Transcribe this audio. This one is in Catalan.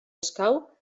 escau